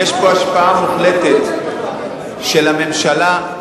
יש פה השפעה מוחלטת של הממשלה,